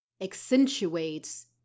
accentuates